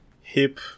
hip